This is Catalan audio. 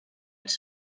els